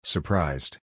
Surprised